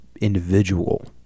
individual